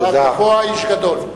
שר גבוה, איש גדול.